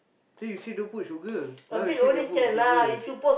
then you say don't put sugar now you say can put sugar